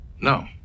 No